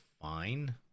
fine